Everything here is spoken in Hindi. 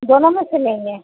दोनों में से लेंगे